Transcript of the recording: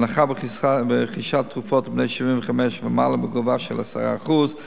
הנחה ברכישת תרופות לבני 75 ומעלה בגובה של 10%;